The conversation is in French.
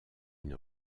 une